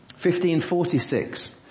1546